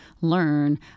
learn